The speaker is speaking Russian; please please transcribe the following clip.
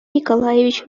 николаевич